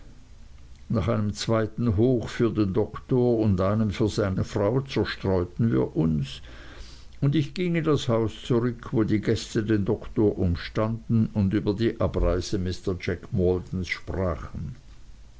nach einem zweiten hoch für den doktor und einem für seine frau zerstreuten wir uns und ich ging in das haus zurück wo die gäste den doktor umstanden und über die abreise mr jack maldons sprachen